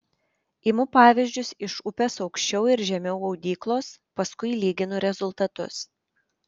imu pavyzdžius iš upės aukščiau ir žemiau audyklos paskui lyginu rezultatus